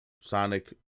Sonic